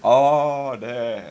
orh there